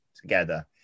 together